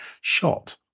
shot